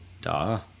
Duh